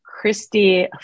Christy